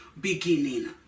beginning